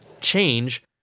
change